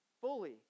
fully